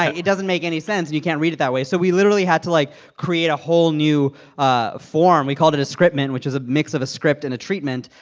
it it doesn't make any sense. and you can't read it that way. so we literally had to, like, create a whole new ah form. we called it a scriptment, which is a mix of a script and a treatment,